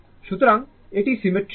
সুতরাং এটি সিমেট্রিক্যাল